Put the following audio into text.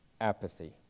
apathy